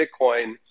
Bitcoin